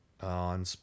on